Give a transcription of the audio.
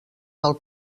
del